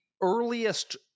earliest